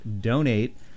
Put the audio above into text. donate